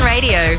Radio